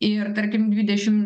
ir tarkim dvidešim